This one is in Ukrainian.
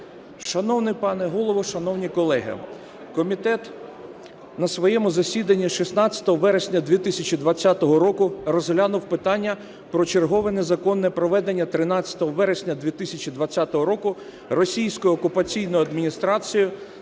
Шановний пане Голово, шановні колеги! Комітет на своєму засіданні 16 вересня 2020 року розглянув питання про чергове незаконне проведення 13 вересня 2020 року російською окупаційною адміністрацією